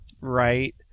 right